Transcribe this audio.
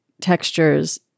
textures